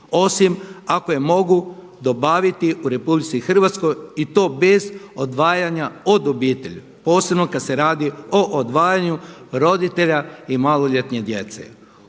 osim ako je mogu dobaviti u RH i to bez odvajanja od obitelji posebno kad se radi o odvajanju roditelja i maloljetne djece.